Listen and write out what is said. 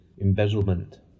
embezzlement